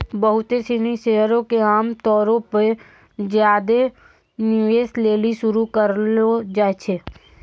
बहुते सिनी शेयरो के आमतौरो पे ज्यादे निवेश लेली शुरू करलो जाय छै